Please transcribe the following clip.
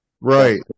right